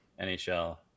NHL